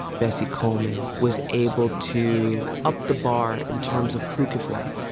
bessie coleman was able to up the bar in terms of who could fly,